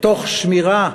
תוך שמירה,